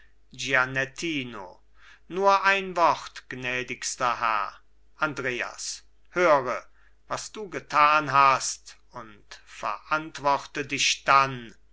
nur ein wort gnädigster herr andreas höre was du getan hast und verantworte dich dann